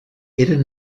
eren